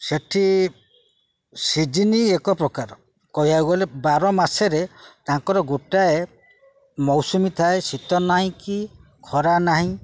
ସେଇଠି ସିଜିିନ୍ ଏକ ପ୍ରକାର କହିବାକୁ ଗଲେ ବାର ମାସରେ ତାଙ୍କର ଗୋଟାଏ ମୌସୁମୀ ଥାଏ ଶୀତ ନାହିଁ କି ଖରା ନାହିଁ